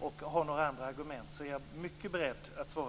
och andra argument är jag beredd att svara.